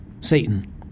Satan